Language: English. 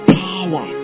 power